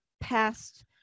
past